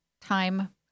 time